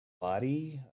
body